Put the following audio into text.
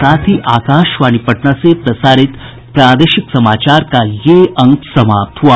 इसके साथ ही आकाशवाणी पटना से प्रसारित प्रादेशिक समाचार का ये अंक समाप्त हुआ